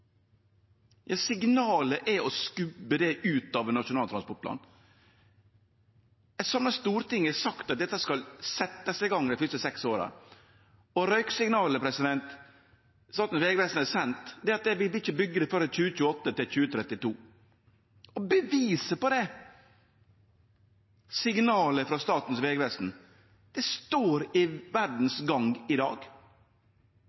Signalet er å skubbe det ut av Nasjonal transportplan. Eit samla storting har sagt at dette skal setjast i gang dei første seks åra. Røyksignalet Statens vegvesen har sendt, er at dei ikkje vil byggje før 2028–2032. Beviset på det, signalet frå Statens vegvesen, står i